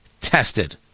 tested